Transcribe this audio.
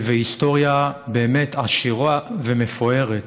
והיסטוריה באמת עשירה ומפוארת,